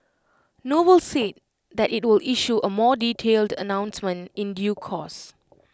noble said that IT will issue A more detailed announcement in due course